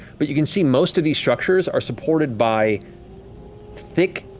but you can see most of these structures are supported by thick,